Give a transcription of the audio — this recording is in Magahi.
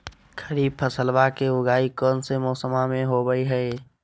खरीफ फसलवा के उगाई कौन से मौसमा मे होवय है?